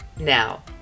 Now